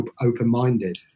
open-minded